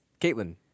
Caitlin